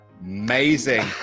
Amazing